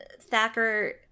Thacker